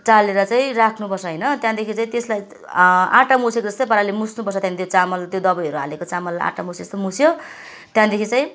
चालेर चाहिँ राख्नुपर्छ होइन त्यहाँदेखि चाहिँ त्यसलाई आँटा मुछेको जस्तै पाराले मुछ्नु पर्छ त्यहाँदेखि त्यो चामल त्यो दवाईहरू हालेको चामललाई आँटा मुछेको जस्तो मुछ्यो त्यहाँदेखि चाहिँ